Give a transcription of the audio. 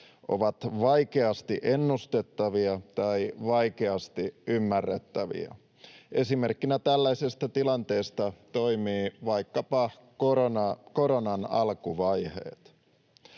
ovat vaikeasti ennustettavia tai vaikeasti ymmärrettäviä. Esimerkkinä tällaisesta tilanteesta toimii vaikkapa koronan alkuvaiheet.